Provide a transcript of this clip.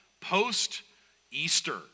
post-Easter